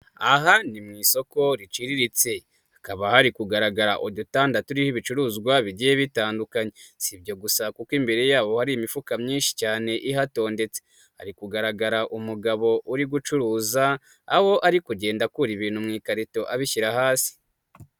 Aha ni mu isoko riciriritse hakaba hari kugaragara udutanda turiho ibicuruzwa bigiye bitandukanye, si ibyo gusa kuko imbere yabo hari imifuka myinshi cyane ihatondetse, hari kugaragara umugabo uri gucuruza aho ari kugenda akura ibintu mu ikarito abishyira hasi.